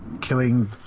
killing